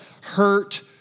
hurt